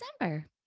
December